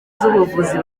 z’ubuvuzi